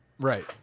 right